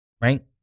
right